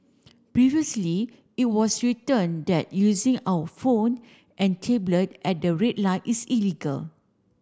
previously it was written that using phone and tablet at the read light is illegal